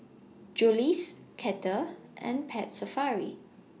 Julie's Kettle and Pet Safari